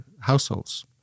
households